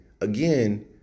again